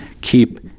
keep